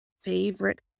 favorite